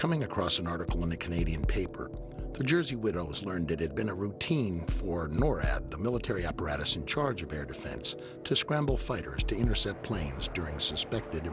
coming across an article in the canadian paper the jersey widows learned it had been a routine for the military apparatus in charge of defense to scramble fighters to intercept planes during suspected